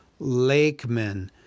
Lakemen